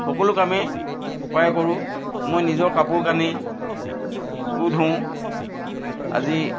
সকলো কামেই প্ৰায় কৰোঁ মই নিজৰ কাপোৰ কানি ধুওঁ আজি